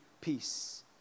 peace